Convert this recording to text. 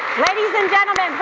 ladies and gentlemen,